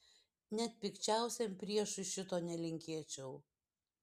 net pikčiausiam priešui šito nelinkėčiau